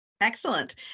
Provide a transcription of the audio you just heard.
Excellent